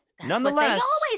Nonetheless